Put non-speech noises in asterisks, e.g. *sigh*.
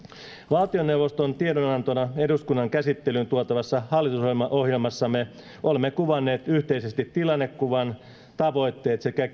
valtioneuvoston tiedonantona eduskunnan käsittelyyn tuotavassa hallitusohjelmassamme olemme kuvanneet yhteisesti tilannekuvan tavoitteet sekä *unintelligible*